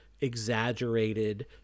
exaggerated